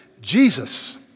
Jesus